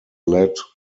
led